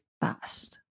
fast